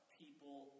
people